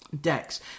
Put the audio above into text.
decks